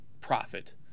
profit